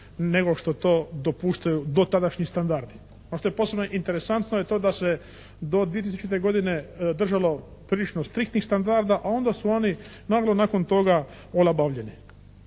nego što to dopuštaju dotadašnji standardi. Što je posebno interesantno je to da se do 2000. godine držalo prilično striktnih standarda a onda su oni naglo nakon toga olabavljeni.